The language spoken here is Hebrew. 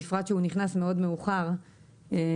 בפרט שהוא נכנס מאוד מאוחר לנוסח.